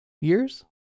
years